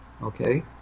okay